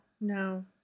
no